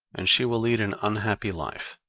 and she will lead an unhappy life,